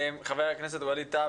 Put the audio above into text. חבר הכנסת ווליד טאהא.